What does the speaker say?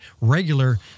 regular